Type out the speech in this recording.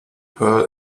pearl